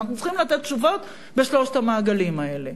אנחנו צריכים לתת תשובות בשלושת המעגלים האלה.